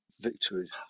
Victories